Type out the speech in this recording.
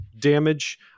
damage